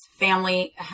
family